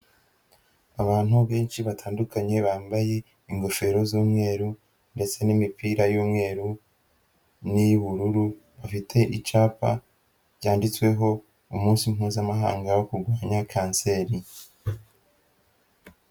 Abantu benshi, batandukanye, bambaye ingofero z'umweru ndetse n'imipira y'umweru n'iy'ubururu, bafite icapa byanditsweho umunsi mpuzamahanga wo kurwanya Kanseri.